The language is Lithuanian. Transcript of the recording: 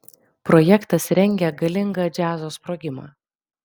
projektas rengia galingą džiazo sprogimą